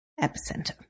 epicenter